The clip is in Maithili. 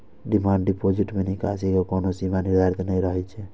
डिमांड डिपोजिट मे निकासी के कोनो सीमा निर्धारित नै रहै छै